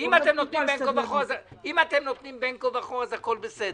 אם אתם נותנים בין כה וכה, אז הכול בסדר,